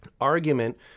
argument